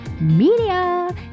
media